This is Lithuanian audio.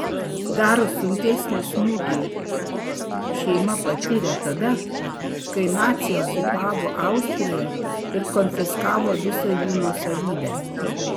dar sunkesnį smūgį šeima patyrė tada kai naciai okupavo austriją ir konfiskavo visą jų nuosavybę